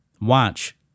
watch